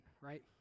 right